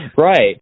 right